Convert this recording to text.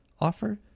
Offer